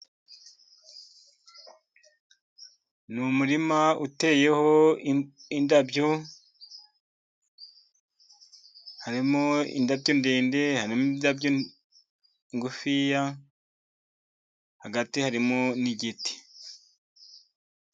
Ni umurima uteyeho indabyo, harimo indabyo ndende, harimo indabyo ngufiya, hagati harimo n'igiti.